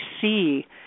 see